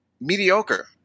mediocre